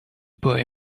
boy